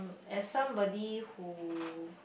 as somebody who